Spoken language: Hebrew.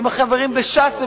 עם החברים בש"ס.